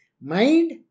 Mind